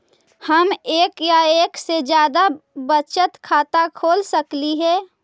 हम एक या एक से जादा बचत खाता खोल सकली हे?